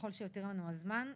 ככל שיותיר לנו הזמן.